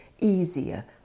easier